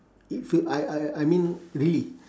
it feel I I I mean really